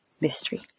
mystery